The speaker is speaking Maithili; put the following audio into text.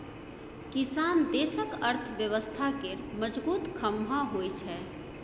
किसान देशक अर्थव्यवस्था केर मजगुत खाम्ह होइ छै